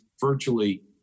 virtually